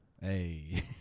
hey